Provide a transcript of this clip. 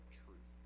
truth